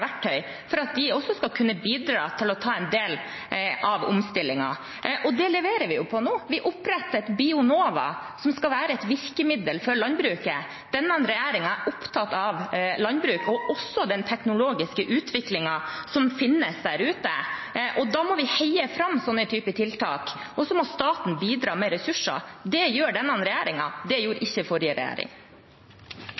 verktøy for at de også skal kunne bidra til å ta en del av omstillingen. Det leverer vi på nå. Vi oppretter Bionova, som skal være et virkemiddel for landbruket. Denne regjeringen er opptatt av landbruk og også av den teknologiske utviklingen som finnes der ute. Da må vi heie fram sånne typer tiltak, og så må staten bidra med ressurser. Det gjør denne regjeringen. Det gjorde